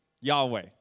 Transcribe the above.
Yahweh